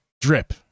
Drip